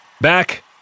back